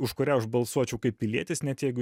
už kurią aš balsuočiau kaip pilietis net jeigu